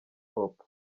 hop